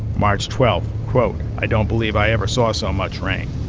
march twelve, quote, i don't believe i ever saw so much rain.